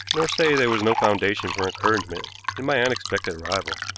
nor say there was no foundation for encouragement in my unexpected arrival.